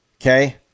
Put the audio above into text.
okay